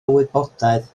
wybodaeth